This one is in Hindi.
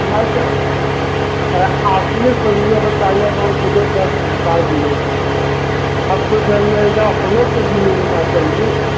नहीं तो आप ये समझो बताइए अब हम किधर दस हटा दिए आपको चाहिएगा हम लोग को भी मिलना चाहिए चाहिए